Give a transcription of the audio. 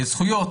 הזכויות,